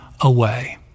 away